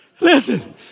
Listen